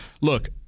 look